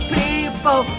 people